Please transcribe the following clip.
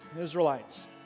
Israelites